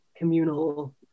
communal